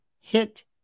hit